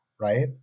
right